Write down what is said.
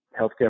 healthcare